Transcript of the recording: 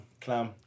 clam